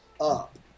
up